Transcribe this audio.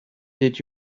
did